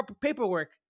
paperwork